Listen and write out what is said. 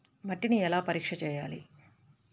మట్టిని ఎలా పరీక్ష చేయాలి?